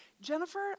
Jennifer